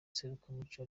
serukiramuco